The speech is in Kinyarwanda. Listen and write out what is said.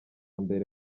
mbere